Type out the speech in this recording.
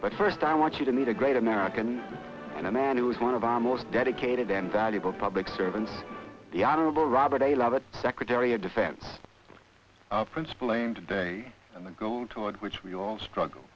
but first i want you to need a great american and a man who is one of our most dedicated and valuable public servants the honorable robert a lot of secretary of defense prince playing today and going toward which we all struggle